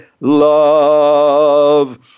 love